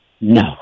No